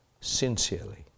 sincerely